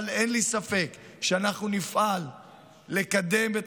אבל אין לי ספק שאנחנו נפעל לקדם את